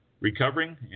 recovering